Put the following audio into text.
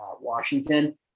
Washington